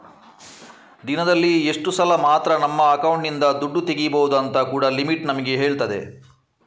ದಿನದಲ್ಲಿ ಇಷ್ಟು ಸಲ ಮಾತ್ರ ನಮ್ಮ ಅಕೌಂಟಿನಿಂದ ದುಡ್ಡು ತೆಗೀಬಹುದು ಅಂತ ಕೂಡಾ ಲಿಮಿಟ್ ನಮಿಗೆ ಹೇಳ್ತದೆ